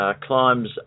climbs